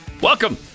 Welcome